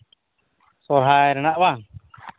ᱥᱚᱦᱨᱟᱭ ᱨᱮᱱᱟᱜ ᱵᱟᱝ